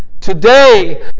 Today